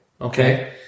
Okay